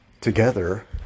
together